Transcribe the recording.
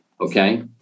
okay